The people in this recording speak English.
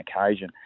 occasion